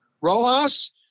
Rojas